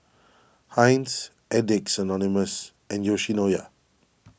Heinz Addicts Anonymous and Yoshinoya